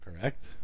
correct